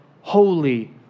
Holy